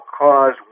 cause